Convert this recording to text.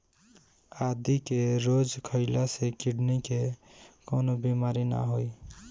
आदि के रोज खइला से किडनी के कवनो बीमारी ना होई